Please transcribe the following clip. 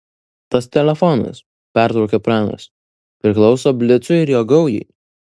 tas telefonas pertraukė pranas priklauso blicui ir jo gaujai